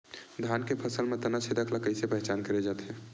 धान के फसल म तना छेदक ल कइसे पहचान करे जाथे?